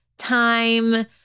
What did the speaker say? time